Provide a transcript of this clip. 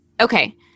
Okay